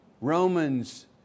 Romans